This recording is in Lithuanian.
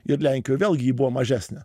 ir lenkijoj vėlgi ji buvo mažesnė